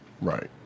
Right